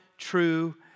true